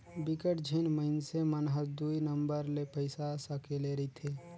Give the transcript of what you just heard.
बिकट झिन मइनसे मन हर दुई नंबर ले पइसा सकेले रिथे